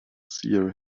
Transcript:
seer